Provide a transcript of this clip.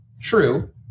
True